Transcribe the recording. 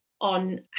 on